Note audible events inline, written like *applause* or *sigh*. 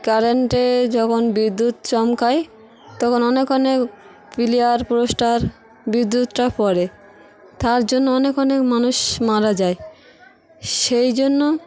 কারেন্টে যখন বিদ্যুৎ চমকায় তখন অনেক অনেক *unintelligible* পোস্টার বিদ্যুৎটা পড়ে তার জন্য অনেক অনেক মানুষ মারা যায় সেই জন্য